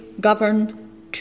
govern